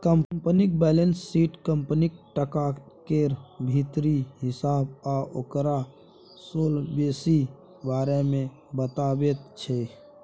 कंपनीक balance sheet कंपनीक टका केर भीतरी हिसाब आ ओकर सोलवेंसी बारे मे बताबैत छै